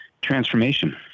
transformation